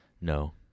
No